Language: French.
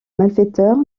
malfaiteurs